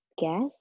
guess